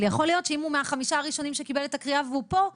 אבל יכול להיות שהוא מחמשת הראשונים שקיבלו את הקריאה והוא פה.